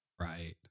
Right